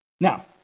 Now